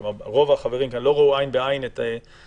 כלומר רוב החברים כאן לא ראו עין בעין את מידת